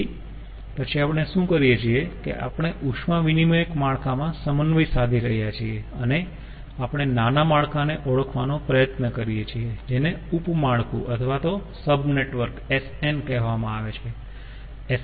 તેથી પછી આપણે શું કરીએ છીએ કે આપણે ઉષ્મા વિનીમયક માળખામાં સમન્વય સાધી રહ્યા છીએ અને આપણે નાના માળખાને ઓળખવાનો પ્રયત્ન કરીએ છીએ જેને ઉપ માળખું અથવા SN કહેવામાં આવે છે